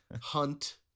hunt